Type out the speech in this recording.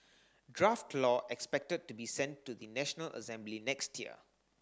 draft law expected to be sent to the National Assembly next year